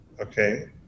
Okay